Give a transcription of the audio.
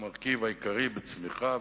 המרכיב העיקרי בצמיחה,